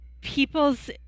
people's